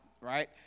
right